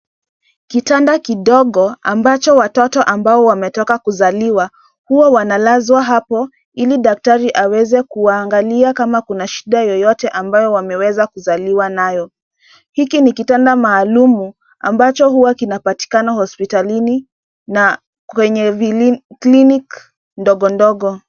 Kitanda kidogo, ambacho watoto ambao wametoka kuzaliwa, huwa wanalazwa hapo, ili daktari aweze kuwaangalia kama kuna shida yoyote ambayo wameweza kuzaliwa nayo. Hiki ni kitanda maalum, ambacho huwa kinapatikana hospitalini, na kwenye vili, clinic ndogo ndogo.